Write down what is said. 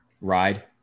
ride